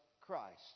Christ